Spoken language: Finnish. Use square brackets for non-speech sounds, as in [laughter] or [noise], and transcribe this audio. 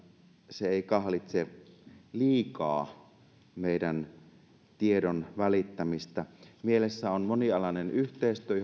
se ei kahlitse liikaa meidän tiedonvälittämistä mielessä on monialainen yhteistyö [unintelligible]